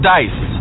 Dice